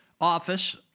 office